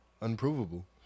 unprovable